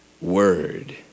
word